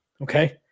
okay